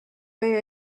meie